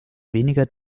weniger